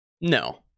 No